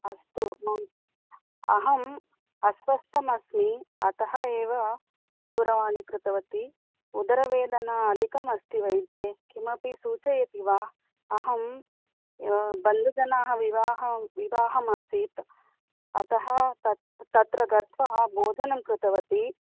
अस्तु मम् अहम् अस्वस्था अस्मि अतः एव दूरवाणी कृतवती उदरवेदना अधिकम् अस्ति वैद्ये किमपि सूचयति वा अहम् बन्धुजनाः विवाह् विवाहम् आसीत् अतः तत् तत्र गत्वा भोजनं कृतवती